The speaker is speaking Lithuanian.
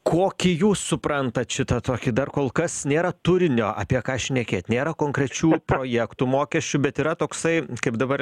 kokį jūs suprantat šitą tokį dar kol kas nėra turinio apie ką šnekėt nėra konkrečių projektų mokesčių bet yra toksai kaip dabar